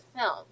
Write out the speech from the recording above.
film